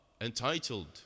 entitled